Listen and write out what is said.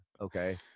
okay